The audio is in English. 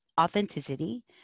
authenticity